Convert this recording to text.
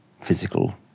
physical